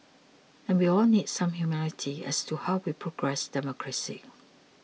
and we all need some humility as to how we progress democracy